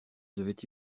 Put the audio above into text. devait